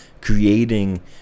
creating